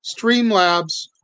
Streamlabs